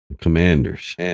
Commanders